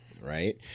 right